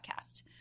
podcast